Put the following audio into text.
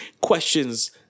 questions